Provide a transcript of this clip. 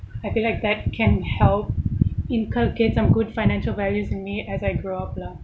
I think like that can help inculcate some good financial values in me as I grow up lah